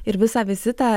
ir visą vizitą